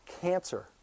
cancer